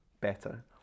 better